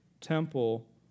Temple